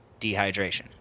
dehydration